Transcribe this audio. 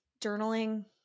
journaling